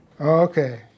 Okay